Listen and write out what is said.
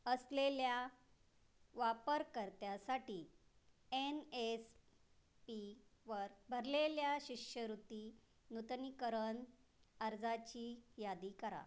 असलेल्या वापरकर्त्यासाठी N S पीवर भरलेल्या शिष्यवृत्ती नूतनीकरण अर्जाची यादी करा